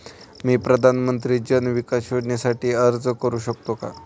मी प्रधानमंत्री जन विकास योजनेसाठी अर्ज करू शकतो का?